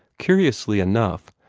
curiously enough,